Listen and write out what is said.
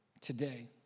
today